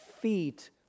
feet